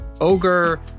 ogre